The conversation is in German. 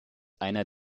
einer